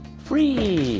free